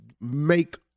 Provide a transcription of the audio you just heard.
make